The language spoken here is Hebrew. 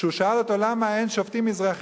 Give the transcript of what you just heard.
כשהוא שאל אותו למה אין מספיק שופטים מזרחיים,